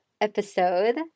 episode